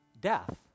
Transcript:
death